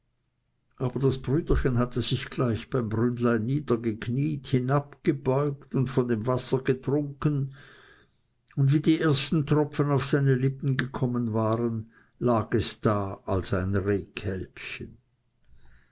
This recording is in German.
aber das brüderchen hatte sich gleich beim brünnlein niedergeknieet hinabgebeugt und von dem wasser getrunken und wie die ersten tropfen auf seine lippen gekommen waren lag es da als ein